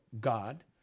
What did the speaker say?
God